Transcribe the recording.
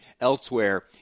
elsewhere